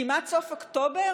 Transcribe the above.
כמעט סוף נובמבר,